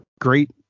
great